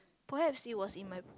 perhaps is was in my